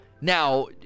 now